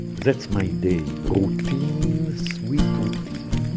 that's my day. routine sweet um routine.